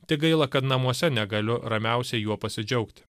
tik gaila kad namuose negaliu ramiausiai juo pasidžiaugti